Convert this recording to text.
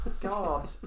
God